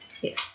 Yes